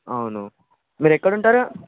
అవును మీరు ఎక్కడ ఉంటారు